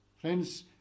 Friends